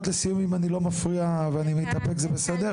דקות לסיום אם אני לא מפריע ואני מתאפק זה בסדר?